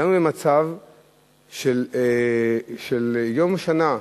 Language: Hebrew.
הגענו למצב שביום השנה,